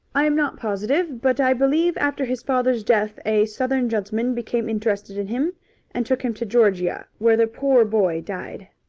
i am not positive, but i believe after his father's death a southern gentleman became interested in him and took him to georgia, where the poor boy died.